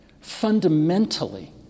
fundamentally